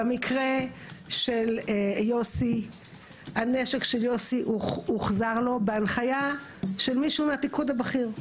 במקרה של יוסי הנשק שלו הוחזר לו בהנחיה של מישהו מהפיקוד הבכיר.